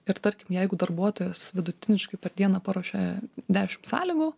ir tarkim jeigu darbuotojas vidutiniškai per dieną paruošia dešim sąlygų